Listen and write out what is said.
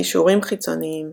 קישורים חיצוניים